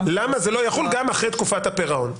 זה לא יחול גם אחרי תקופת הפירעון.